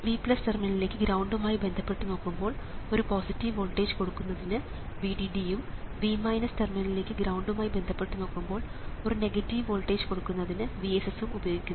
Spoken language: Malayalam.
V ടെർമിനലിലേക്ക് ഗ്രൌണ്ടും ആയി ബന്ധപ്പെട്ട് നോക്കുമ്പോൾ ഒരു പോസിറ്റീവ് വോൾട്ടേജ് കൊടുക്കുന്നതിന് VDD ഉം V ടെർമിനലിലേക്ക് ഗ്രൌണ്ടും ആയി ബന്ധപ്പെട്ട് നോക്കുമ്പോൾ ഒരു നെഗറ്റീവ് വോൾട്ടേജ് കൊടുക്കുന്നതിന് VSS ഉം ഉപയോഗിക്കുന്നു